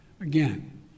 Again